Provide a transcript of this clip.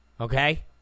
Okay